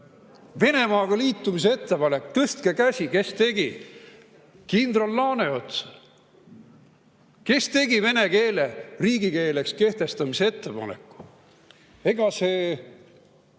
Venemaaga liitumise ettepanek – tõstke käsi, kes tegi? Kindral Laaneots. Kes tegi vene keele riigikeeleks kehtestamise ettepaneku? Ega see,